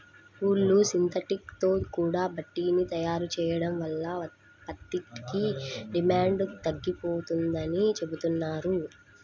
ఊలు, synthetic తో కూడా బట్టని తయారు చెయ్యడం వల్ల పత్తికి డిమాండు తగ్గిపోతందని చెబుతున్నారు